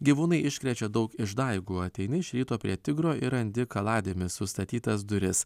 gyvūnai iškrečia daug išdaigų ateini iš ryto prie tigro ir randi kaladėmis užstatytas duris